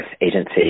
agency